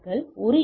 S க்குள் ஒரு ஈ